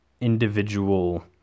individual